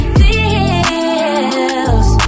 feels